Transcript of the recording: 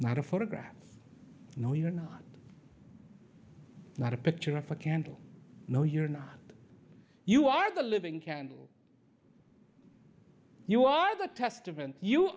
not a photograph no you're not a picture of a candle no you're not you are the living candle you are the testament you